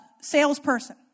salesperson